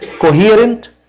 coherent